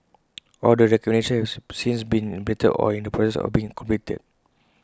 all the recommendations since been implemented or in the process of being completed